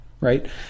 right